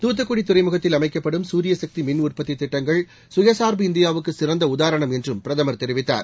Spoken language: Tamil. துத்துக்குட துறைமுகத்தில் அமைக்கப்படும் சூரியசக்தி மின் உற்பத்தி திட்டங்கள் சுயசார்பு இந்தியாவுக்கு சிறந்த உதாரணம் என்றும் பிரதமர் தெரிவித்தார்